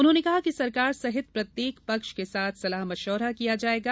उन्होंने कहा कि सरकार सहित प्रत्येव पक्ष के साथ सलाह मशविरा किया जायेगा